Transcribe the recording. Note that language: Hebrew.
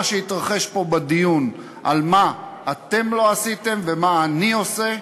שהתרחש פה בדיון על מה אתם לא עשיתם ומה אני עושה,